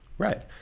Right